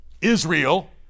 Israel